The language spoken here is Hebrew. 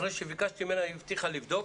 אחרי שביקשתי ממנה היא הבטיחה לבדוק,